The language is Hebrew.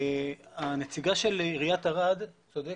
הנציגה של עירית ערד צודקת,